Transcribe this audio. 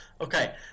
Okay